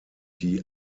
die